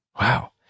Wow